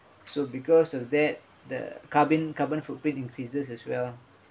so because of that the carbon carbon footprint increases as well